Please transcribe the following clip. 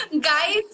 Guys